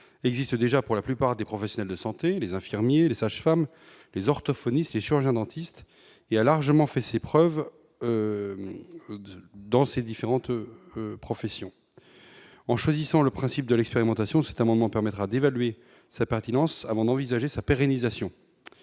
existe déjà pour la plupart des professionnels de santé, les infirmiers, les sages-femmes, les orthophonistes échange un dentiste et a largement fait ses preuves dans ses différentes professions en choisissant le principe de l'expérimentation, c'est amendement permettra d'évaluer sa pertinence avant d'envisager sa pérennisation